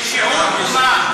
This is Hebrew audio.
זה שיעור קומה,